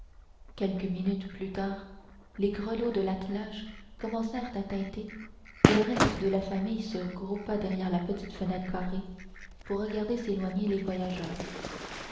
quelques minutes plus tard les grelots de l'attelage commencèrent à tinter et le reste de la famille se groupa derrière la petite fenêtre carrée pour regarder s'éloigner les voyageurs